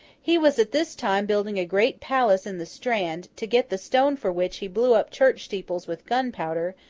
he was at this time building a great palace in the strand to get the stone for which he blew up church steeples with gunpowder,